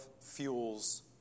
fuels